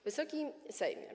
Wysoki Sejmie!